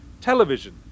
television